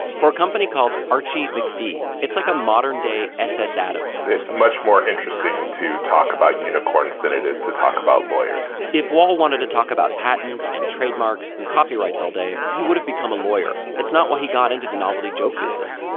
for a company called archie mcphee. it's like a modern day s. s. adams it's much more interesting to talk about unicorns than it is to talk about lawyers if wahl wanted to talk about patents and trademarks and copyrights all day, he would have become a lawyer. it's not why he got into the novelty joke business.